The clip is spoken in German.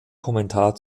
kommentar